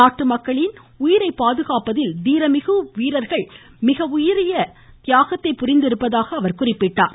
நாட்டு மக்களின் உயிரை பாதுகாப்பதில் தீரமிகு வீரர்கள் மிக உயரிய தியாகத்தை புரிந்திருப்பதாக குறிப்பிட்டார்